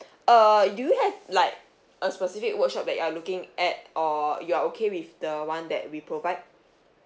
err do you have like a specific workshop that you are looking at or you are okay with the one that we provide